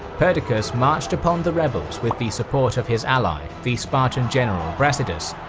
perdiccas marched upon the rebels with the support of his ally, the spartan general brasidas.